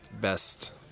best